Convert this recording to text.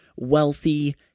Wealthy